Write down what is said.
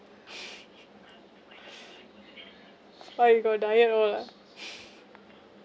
!wah! you got diet all ah